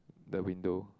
the window